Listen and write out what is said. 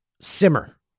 simmer